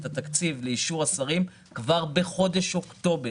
התקציב לאישור השרים כבר בחודש אוקטובר,